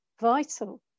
vital